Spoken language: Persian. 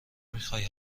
میخای